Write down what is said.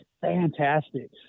fantastic